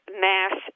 mass